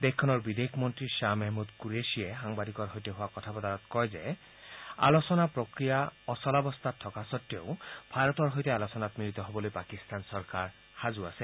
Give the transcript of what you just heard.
দেশখনৰ বিদেশ মন্ত্ৰী খাহ মেহমুদ কুৰেধিয়ে সাংবাদিকৰ সৈতে হোৱা কথা বতৰাত কয় যে আলোচনা প্ৰক্ৰিয়া অচলাৱস্থাত থকা সতেও ভাৰতৰ সৈতে আলোচনাত মিলিত হবলৈ পাকিস্তান চৰকাৰ সাজু আছে